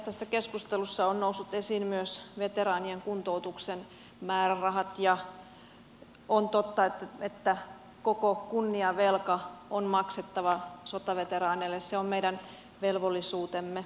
tässä keskustelussa ovat nousseet esiin myös veteraanien kuntoutuksen määrärahat ja on totta että koko kunniavelka on maksettava sotaveteraaneille se on meidän velvollisuutemme